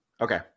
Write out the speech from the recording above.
Okay